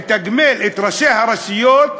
לתגמל את ראשי הרשויות,